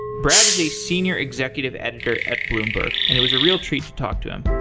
brad is a senior executive editor at bloomberg, and it was a real treat to talk to him.